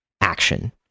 action